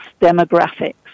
demographics